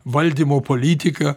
valdymo politiką